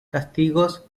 castigos